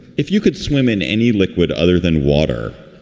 if you could swim in any liquid other than water,